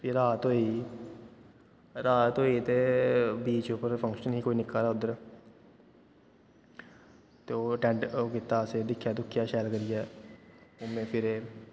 फ्ही रात होई रात होई ते बीच उप्पर फंक्शन ही कोई निक्का हारा उद्धर ते ओह् अटैंड ओह् कीता असें दिक्खेआ दुक्खेआ शैल करियै घूमे फिरे